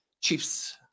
chips